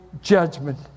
judgment